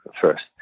first